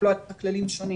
לא יחולו כללים שונים,